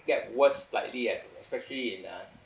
get worst slightly at especially in uh